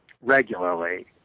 regularly